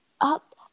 up